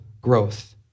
growth